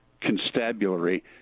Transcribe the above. constabulary